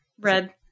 Red